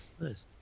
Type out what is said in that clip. Nice